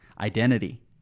Identity